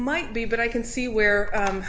might be but i can see where